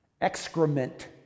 excrement